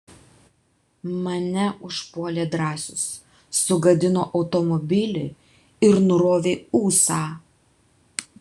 mane užpuolė drąsius sugadino automobilį ir nurovė ūsą